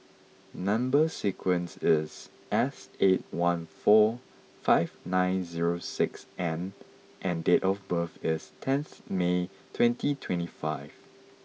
number sequence is S eight one four five nine zero six N and date of birth is tenth May twenty twenty five